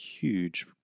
huge